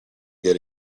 get